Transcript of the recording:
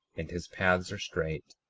and his paths are straight,